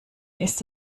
ist